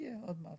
תהיה עוד מעט,